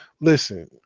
listen